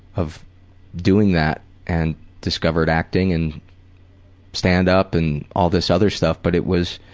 of doing that and discovered acting and stand-up and all this other stuff, but it was.